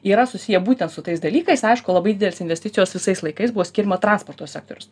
yra susiję būtent su tais dalykais aišku labai didelės investicijos visais laikais buvo skiriama transporto sektorius